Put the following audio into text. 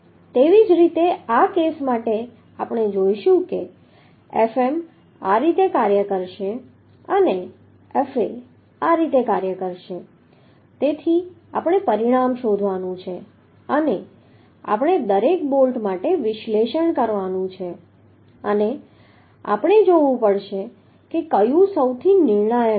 તેવી જ રીતે આ કેસ માટે આપણે જોઈશું કે Fm આ રીતે કાર્ય કરશે અને Fa આ રીતે કાર્ય કરશે તેથી આપણે પરિણામ શોધવાનું છે અને આપણે દરેક બોલ્ટ માટે વિશ્લેષણ કરવાનું છે અને આપણે જોવું પડશે કે કયુ સૌથી નિર્ણાયક છે